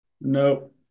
Nope